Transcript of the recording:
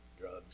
drugs